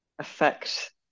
affect